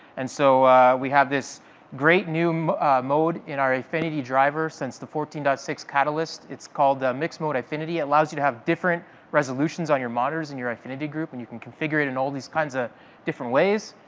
and so we have this great new mode in our eyefinity driver since the fourteen point six catalyst. it's called the mixed-mode eyefinity. it allows you to have different resolutions on your monitors in your eyefinity group, and you can configure it in all these kinds of different ways.